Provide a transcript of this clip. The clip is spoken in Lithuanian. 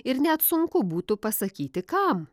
ir net sunku būtų pasakyti kam